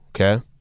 okay